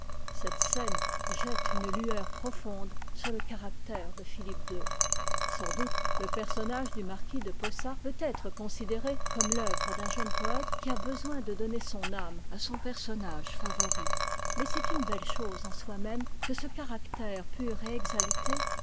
cette scène jette une lueur profonde sur le caractère de philippe il sans doute le personnage du marquis de posa peut être considéré comme l'oeuvre d'un jeune poète qui a besoin de donner son âme à son personnage favori mais c'est une belle chose en soimême que ce caractère pur et exalté